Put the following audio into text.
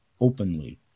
openly